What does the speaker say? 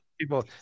people